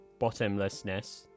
bottomlessness